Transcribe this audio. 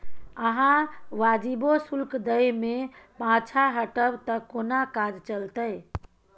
अहाँ वाजिबो शुल्क दै मे पाँछा हटब त कोना काज चलतै